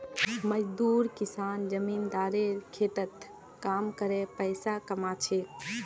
मजदूर किसान जमींदारेर खेतत काम करे पैसा कमा छेक